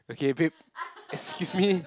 okay babe excuse me